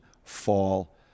fall